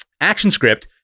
ActionScript